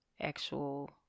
actual